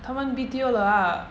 他们 B_T_O 了 ah